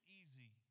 easy